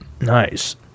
Nice